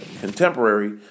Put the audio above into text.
contemporary